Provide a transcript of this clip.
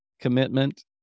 commitment